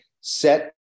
set